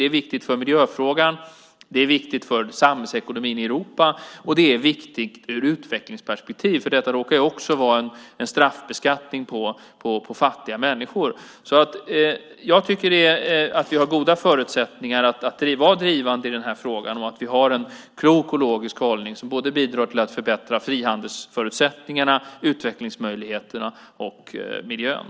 Det är viktigt för miljöfrågan, det är viktigt för samhällsekonomin i Europa och det är viktigt ur ett utvecklingsperspektiv, för detta råkar också vara en straffbeskattning av fattiga människor. Jag tycker att vi har goda förutsättningar att vara drivande i den här frågan och att vi har en klok och logisk hållning som bidrar till att förbättra frihandelsförutsättningarna, utvecklingsmöjligheterna och miljön.